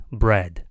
bread